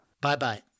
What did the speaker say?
Bye-bye